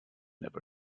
never